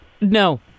No